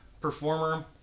performer